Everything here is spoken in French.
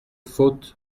faute